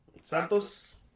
Santos